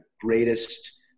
greatest